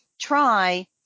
try